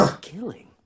Killing